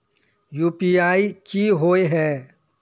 UPI की होय है?